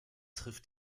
trifft